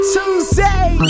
Tuesday